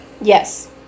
Yes